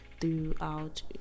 throughout